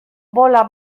bola